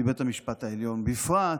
מבית המשפט העליון בפרט.